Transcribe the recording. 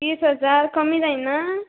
तीस हजार कमी जायना